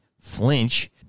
flinch